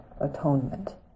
atonement